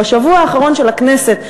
בשבוע האחרון של הכנסת,